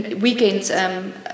weekends